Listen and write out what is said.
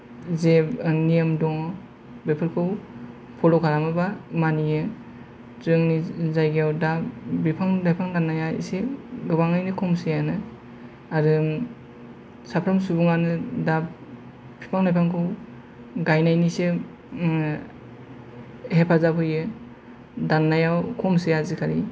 जे नियम दङ बेफोरखौ फल' खालामो एबा मानियो जोंनि जायगायाव दा बिफां लाइफां दाननाया इसे गोबाङैनो खमसैआनो आरो साफ्रोम सुबुङानो दा बिफां लाइफांखौ गायनायनिसो हेफाजाब होयो दाननाया खमसै आजिकालि